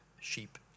sheep